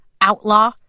outlaw